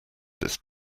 this